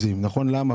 למה?